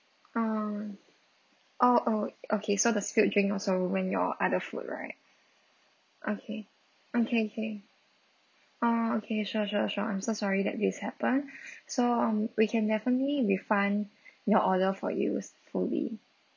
um oh oh okay so the spilled drink also ruined your other food right okay okay K oh okay sure sure sure I'm so sorry that this happened so um we can definitely refund your order for you fully